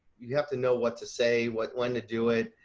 you have to know what to say, what when to do it,